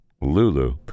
lulu